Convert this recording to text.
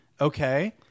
okay